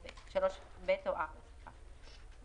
והוא באמת איפשר לנו בתקופת ההיערכות